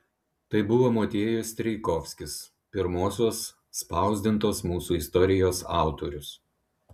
tai buvo motiejus strijkovskis pirmosios spausdintos mūsų istorijos autorius